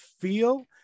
feel